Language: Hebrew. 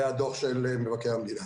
זה היה דוח של מבקר המדינה.